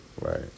Right